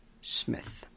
Smith